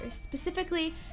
Specifically